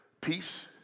peace